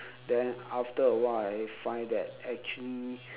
then after awhile I find that actually